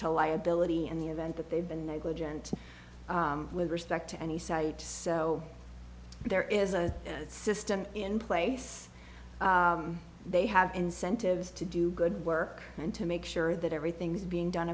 to liability in the event that they've been negligent with respect to any sites so there is a system in place they have incentives to do good work and to make sure that everything's being done